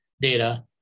data